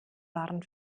waren